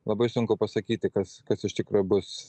labai sunku pasakyti kas kas iš tikro bus